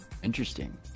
Interesting